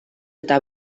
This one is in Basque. eta